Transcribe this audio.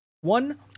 One